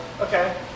okay